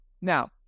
now